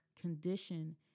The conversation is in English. condition